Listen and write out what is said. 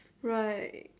right